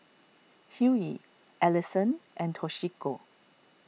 Hughie Allison and Toshiko